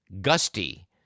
Gusty